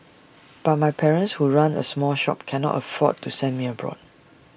but my parents who run A small shop cannot afford to send me abroad